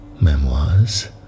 memoirs